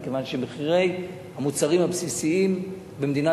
מכיוון שמחירי המוצרים הבסיסיים במדינת